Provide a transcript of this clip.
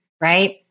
Right